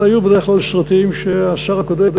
אלה היו בדרך כלל סרטים שהשר הקודם,